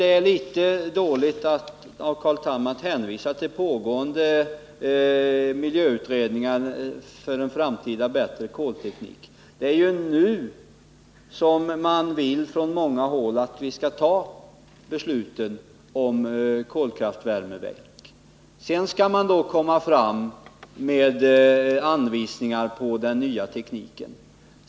Det är litet dåligt av Carl Tham att hänvisa till pågående miljöutredningar för en framtida bättre kolteknik. Det är ju nu som man från många håll vill att beslutet om kolkraftvärmeverk skall fattas. Sedan skall man komma fram med anvisningar för den nya tekniken.